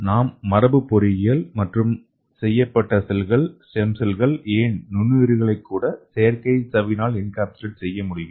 நாம் மரபுப் பொறியியல் மாற்றம் செய்யப்பட்ட செல்கள் ஸ்டெம் செல்கள் ஏன் நுண்ணுயிரிகளை கூட செயற்கை ஜவ்வில் என்கேப்சுலேட் செய்ய முடியும்